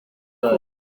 kose